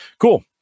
cool